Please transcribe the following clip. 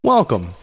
Welcome